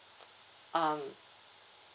um